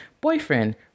Boyfriend